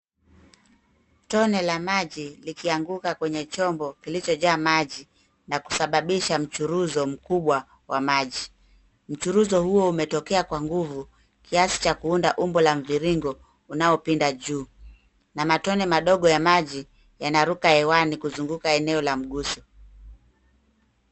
Tone la maji likianguka kwenye chombo kilicho jaa maji na kusababisha mchuruzo mkubwa wa maji. Mchuruzo huo umetokea kwa nguvu kiasi cha kuunda umbo la mviringo unaopinda juu na matone madogo ya maji yanaruka hewani kuzunguka eneo la mguso.